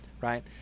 right